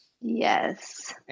Yes